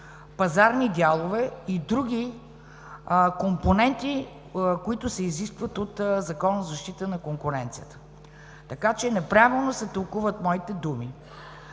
пазарни дялове и други компоненти, които се изискват от Закона за защита на конкуренцията. Така че неправилно се тълкуват моите думи.